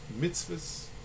mitzvahs